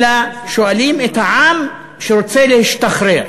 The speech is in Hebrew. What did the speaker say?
אלא שואלים את העם שרוצה להשתחרר.